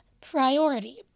priority